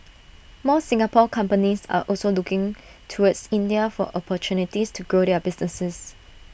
more Singapore companies are also looking towards India for opportunities to grow their businesses